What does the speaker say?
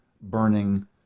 burning